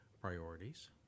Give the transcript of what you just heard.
priorities